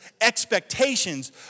expectations